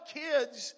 kids